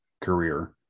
career